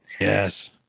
Yes